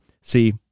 see